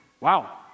Wow